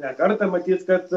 ne kartą matyt kad